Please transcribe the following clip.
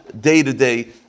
day-to-day